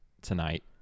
tonight